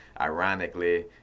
ironically